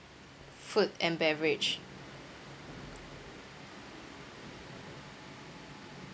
food and beverage